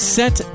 set